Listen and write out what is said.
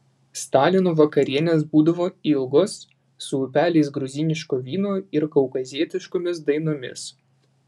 stalino vakarienės būdavo ilgos su upeliais gruziniško vyno ir kaukazietiškomis dainomis